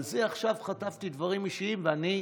על זה עכשיו חטפתי דברים אישיים, ואני מוחל.